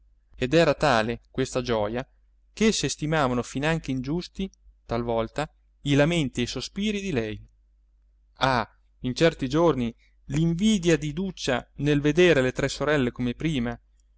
ed era tale questa gioja ch'esse stimavano finanche ingiusti talvolta i lamenti e i sospiri di lei ah in certi giorni l'invidia di iduccia nel veder le tre sorelle come prima